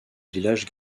village